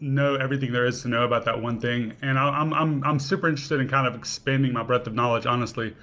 know everything there is to know about that one thing. and i'm i'm super interested in kind of expanding my breadth of knowledge, honestly.